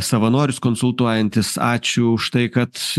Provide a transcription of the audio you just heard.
savanorius konsultuojantis ačiū už tai kad